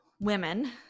women